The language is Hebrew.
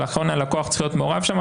ולכן הלקוח צריך להיות מעורב שם.